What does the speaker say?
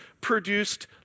produced